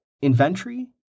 inventory